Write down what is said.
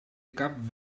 cap